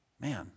Man